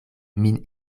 min